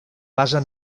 base